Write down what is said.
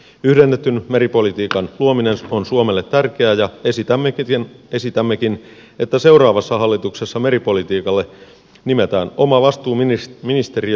yhdennetyn meripolitiikan luominen on suomelle tärkeää ja esitämmekin että seuraavassa hallituksessa meripolitiikalle nimetään oma vastuuministeriö ja vastuuministeri